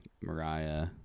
Mariah